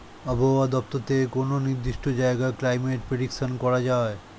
আবহাওয়া দপ্তর থেকে কোনো নির্দিষ্ট জায়গার ক্লাইমেট প্রেডিকশন করা যায়